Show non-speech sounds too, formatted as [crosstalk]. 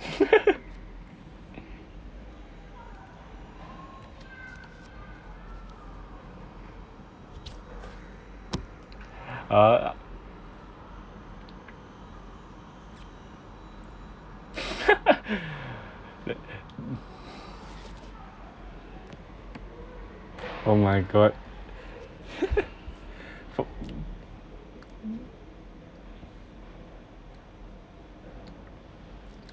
[laughs] ah [laughs] oh my god [laughs] for